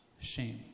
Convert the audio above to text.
shame